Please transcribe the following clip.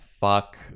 fuck